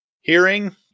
hearing